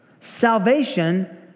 salvation